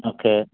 okay